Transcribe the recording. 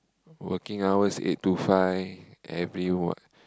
working hours eight to five every what